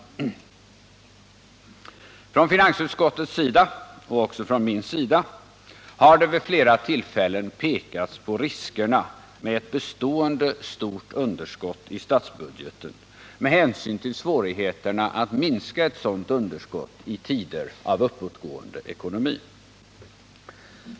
Från finansutskottets sida, och även från min sida, har det vid flera tillfällen pekats på riskerna med ett bestående stort underskott i statsbudgeten med hänsyn till svårigheterna att minska ett sådant underskott i tider av uppåtgående ekonomi.